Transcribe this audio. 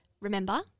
Remember